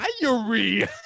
diary